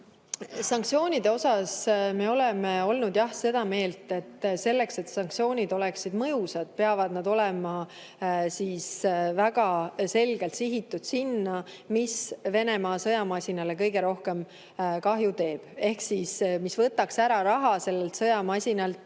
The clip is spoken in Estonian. Sanktsioonide osas me oleme olnud seda meelt, et selleks, et sanktsioonid oleksid mõjusad, peavad need olema väga selgelt sihitud sellele, mis Venemaa sõjamasinale kõige rohkem kahju teeb, ehk siis sellele, mis võtaks sõjamasinalt